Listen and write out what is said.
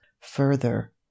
further